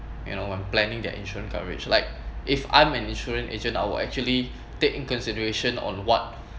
you know when planning their insurance coverage like if I'm an insurance agent I'll actually take in consideration on what